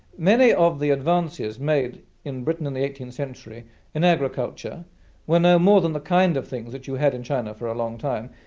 many of the advances made in britain in the eighteenth century in agriculture were no more than the kind of thing that you had in china for a long time,